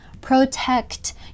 protect